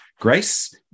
Grace